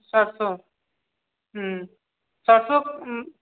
सरिसो ह्म्म सरिसो